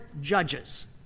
judges